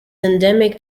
endemic